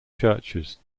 churches